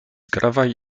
gravajn